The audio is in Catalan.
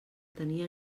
tenir